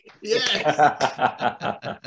Yes